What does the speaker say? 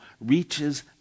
reaches